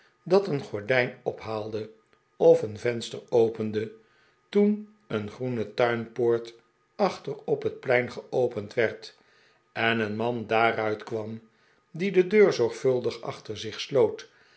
dat een gordijn ophaalde of een venster opende toen een groene tuinpoort achter op het plein geopend werd en een man daaruit kwam die de deur zorgvuldig achter zich sloot